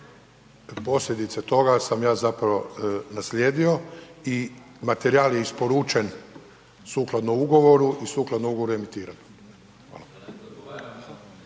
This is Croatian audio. posljedice toga sam ja zapravo nasljedio i materijal je isporučen sukladno ugovoru i sukladno ugovoru emitiran. Hvala.